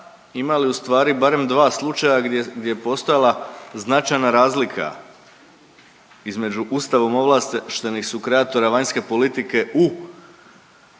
imali ustvari barem dva slučaja gdje je postojala značajna razlika između Ustavom ovlaštenih su kreatora vanjske politike u